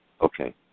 Okay